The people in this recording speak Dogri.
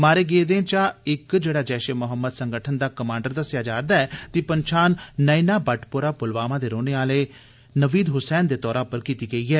मारे गेदें चा इक जेड़ा जैश ए मोहम्मद संगठन दा कमांडर दस्सेया जा रदा ऐ दी पंछान नईना बटपोरा प्लवामा दे रौहने आले नवीद ह्सैन दे तौरा पर कीती गेई ऐ